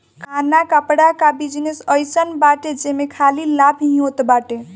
खाना कपड़ा कअ बिजनेस अइसन बाटे जेमे खाली लाभ ही होत बाटे